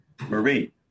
Marie